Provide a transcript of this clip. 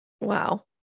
Wow